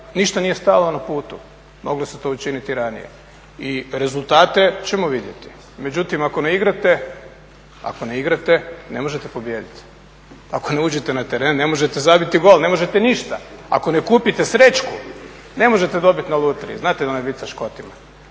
ništa nije stajalo na putu, mogli su to učiniti ranije i rezultate ćemo vidjeti. Međutim, ako ne igrate, ne možete pobijediti. Ako ne uđete na teren, ne možete zabiti gol, ne možete ništa. Ako ne kupite srećku, ne možete dobiti na lutriji. Znate onaj vic sa Škotima?